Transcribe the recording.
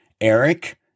Eric